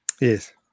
Yes